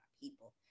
people